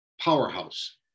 powerhouse